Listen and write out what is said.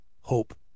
hope